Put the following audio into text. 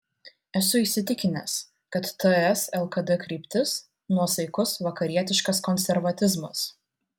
esu įsitikinęs kad ts lkd kryptis nuosaikus vakarietiškas konservatizmas